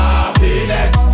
Happiness